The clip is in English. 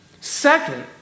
Second